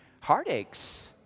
heartaches